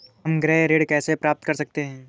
हम गृह ऋण कैसे प्राप्त कर सकते हैं?